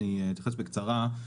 אתייחס בקצרה,